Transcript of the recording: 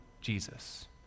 Jesus